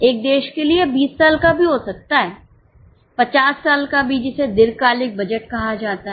एक देश के लिए यह 20 साल का भी हो सकता है 50 साल का भी जिसे दीर्घकालिक बजट कहा जाता है